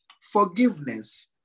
forgiveness